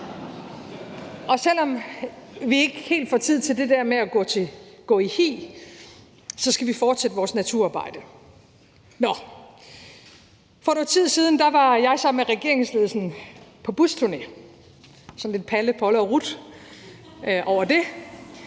Selv om vi ikke sådan helt får tid til det der med at gå i hi, skal vi fortsætte vores naturarbejde. For noget tid siden var jeg sammen med regeringsledelsen på busturné. Der var sådan lidt Palle, Polle og Ruth over det.